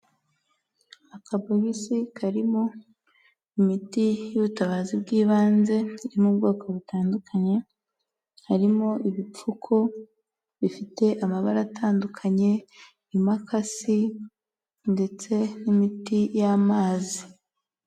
Akabogisi karimo imiti y'ubutabazi bw'ibanze yo mu bwoko butandukanye, harimo ibipfuko bifite amabara atandukanye, imakasi ndetse n'imiti y'amazi.